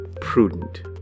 prudent